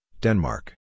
Denmark